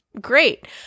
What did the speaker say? Great